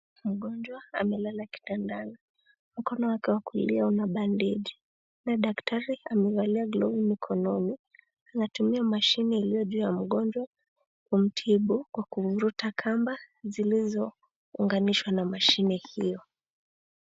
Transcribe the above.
Mgonjwa amelala kitandani ,mkono wake wa kulia una bandage .Daktari amevalia glovu mkononi, anatumia mashine iliyo juu ya mgonjwa kumtibu kwa kuvuruta kamba zilizounganishwa na mashine hiyo.